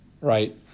Right